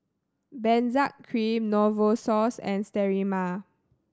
Benzac Cream Novosource and Sterimar